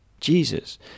Jesus